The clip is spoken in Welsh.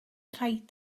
rhaid